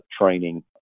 training